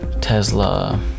Tesla